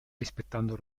rispettando